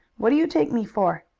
what do you take me for?